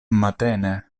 matene